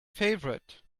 favorite